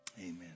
Amen